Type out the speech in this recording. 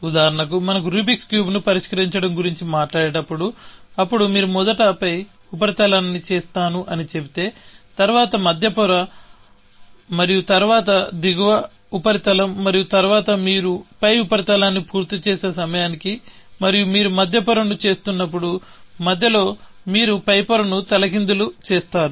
ఉదాహరణకు మనం రూబిక్స్ క్యూబ్ను పరిష్కరించడం గురించి మాట్లాడేటప్పుడు అప్పుడు మీరు మొదట పై ఉపరితలాన్ని చేస్తాను అని చెబితే తరువాత మధ్య పొర మరియు తరువాత దిగువ ఉపరితలం మరియు తరువాత మీరు పై ఉపరితలాన్ని పూర్తి చేసే సమయానికి మరియు మీరు మధ్య పొరను చేస్తున్నప్పుడు మధ్యలో మీరు పై పొరను తలకిందులు చేస్తారు